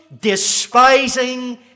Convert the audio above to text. despising